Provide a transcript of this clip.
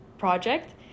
Project